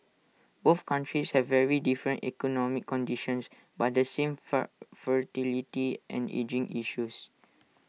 both countries have very different economic conditions but the same far fertility and ageing issues